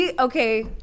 Okay